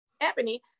Ebony